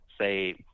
say